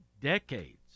decades